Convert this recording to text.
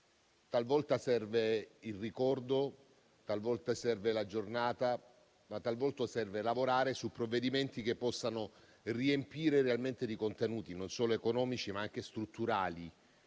Talvolta serve il ricordo, talvolta serve la giornata, ma talvolta serve lavorare su provvedimenti che possano riempire realmente di contenuti non solo economici, ma anche strutturali